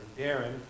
Darren